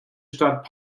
stadt